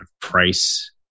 price